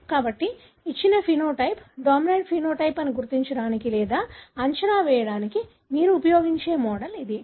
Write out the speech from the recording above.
కాబట్టి ఇచ్చిన phenotype dominant phenotype అని గుర్తించడానికి లేదా అంచనా వేయడానికి మీరు ఉపయోగించే మోడల్ ఇది